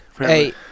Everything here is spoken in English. hey